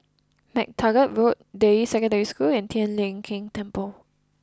MacTaggart Road Deyi Secondary School and Tian Leong Keng Temple